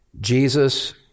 Jesus